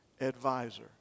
advisor